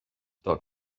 doc